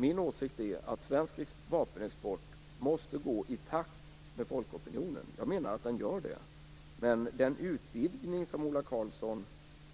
Min åsikt är att svensk vapenexport måste gå i takt med folkopinionen. Jag menar att den gör det. Men jag tror att den utvidgning som Ola Karlsson